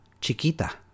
Chiquita